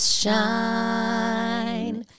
shine